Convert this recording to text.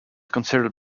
considered